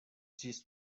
ĝis